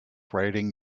writing